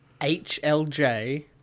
hlj